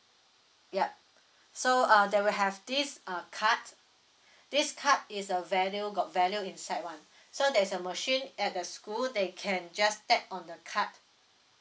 yup so uh they will have this uh card this card is a value got value inside one so there is a machine at the school they can just tap on the card